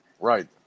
Right